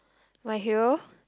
my hero